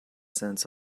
cents